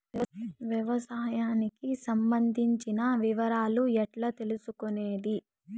వ్యవసాయానికి సంబంధించిన వివరాలు ఎట్లా తెలుసుకొనేది?